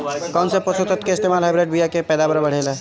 कौन से पोषक तत्व के इस्तेमाल से हाइब्रिड बीया के पैदावार बढ़ेला?